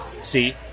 See